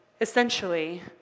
essentially